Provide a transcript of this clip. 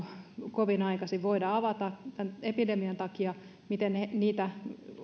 kovin aikaisin voida avata tämän epidemian takia